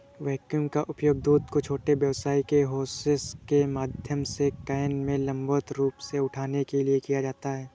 vacuum का उपयोग दूध को छोटे व्यास के होसेस के माध्यम से कैन में लंबवत रूप से उठाने के लिए किया जाता है